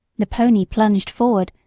the pony plunged forward,